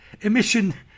emission